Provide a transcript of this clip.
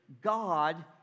God